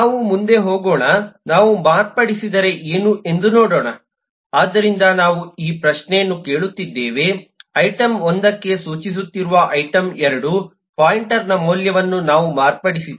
ನಾವು ಮುಂದೆ ಹೋಗೋಣ ನಾವು ಮಾರ್ಪಡಿಸಿದರೆ ಏನು ಎಂದು ನೋಡೋಣ ಆದ್ದರಿಂದ ನಾವು ಈ ಪ್ರಶ್ನೆಯನ್ನು ಕೇಳುತ್ತಿದ್ದೇವೆ ಐಟಂ 1 ಗೆ ಸೂಚಿಸುತ್ತಿರುವ ಐಟಂ 2 ಪಾಯಿಂಟರ್ನ ಮೌಲ್ಯವನ್ನು ನಾವು ಮಾರ್ಪಡಿಸಿದರೆ